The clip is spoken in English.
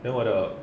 then 我的